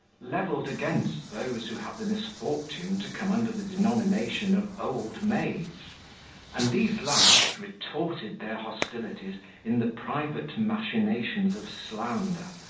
leveled against those who have the misfortune to come under the denomination of old maids and these last retorted their hostilities in the private machinations of slander,